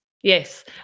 Yes